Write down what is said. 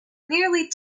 nearly